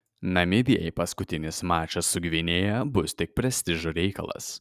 namibijai paskutinis mačas su gvinėja bus tik prestižo reikalas